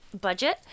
budget